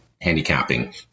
handicapping